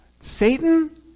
Satan